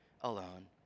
alone